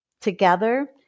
Together